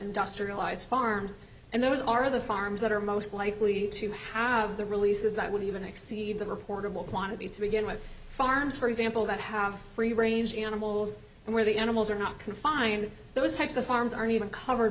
industrialized farms and those are the farms that are most likely to have the releases that would even exceed the reportable quantity to begin with farms for example that have free range animals and where the animals are not confined those types of farms aren't even covered